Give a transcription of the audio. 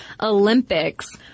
Olympics